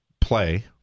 play